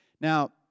Now